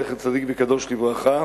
זכר צדיק וקדוש לברכה,